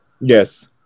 yes